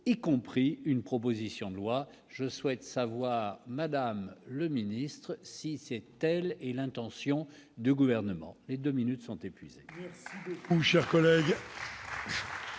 y compris une proposition de loi je souhaite savoir, madame le ministre, si c'est telle est l'intention du gouvernement, les 2 minutes sont épuisés.